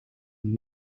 een